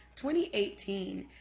2018